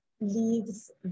leaves